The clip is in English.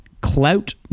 clout